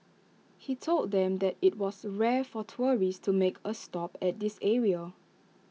he told them that IT was rare for tourists to make A stop at this area